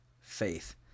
faith